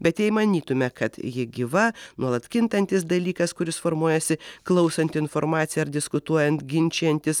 bet jei manytume kad ji gyva nuolat kintantis dalykas kuris formuojasi klausant informaciją ar diskutuojant ginčijantis